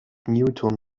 newton